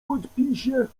podpisie